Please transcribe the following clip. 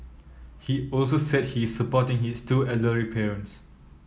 he also said he is supporting his two elderly parents